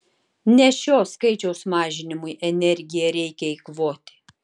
ne šio skaičiaus mažinimui energiją reikia eikvoti